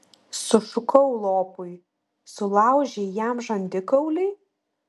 sušukau lopui sulaužei jam žandikaulį